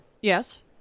Yes